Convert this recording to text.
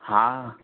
हा